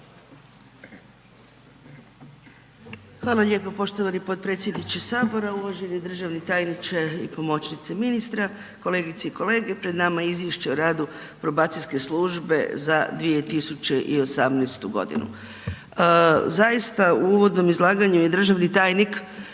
Hvala lijepo poštovani potpredsjedniče Sabora, uvaženi državni tajniče i pomoćnice ministra, kolegice i kolege, pred nama je Izvješće o radu probacijske službe za 2018. godinu. Zaista u uvodnom izlaganju je državni tajnik